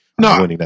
No